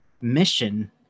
mission